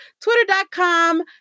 twitter.com